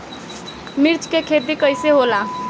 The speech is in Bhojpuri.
मिर्च के खेती कईसे होला?